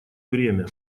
время